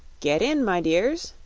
get in, my dears,